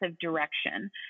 direction